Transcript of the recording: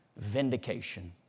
Vindication